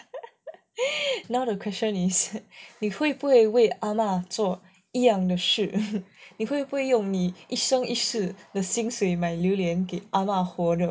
now the question is 你会不会为了 ah ma 做一样的事你会不会用你一生一世的薪水买榴莲给 ah ma 活着